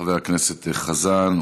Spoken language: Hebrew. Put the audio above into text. חבר הכנסת חזן,